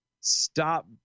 stop